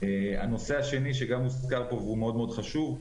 הנושא השני שגם הוזכר פה והוא מאוד חשוב,